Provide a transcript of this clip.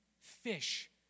fish